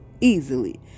easily